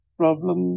problem